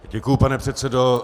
Děkuji, pane předsedo.